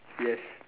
yes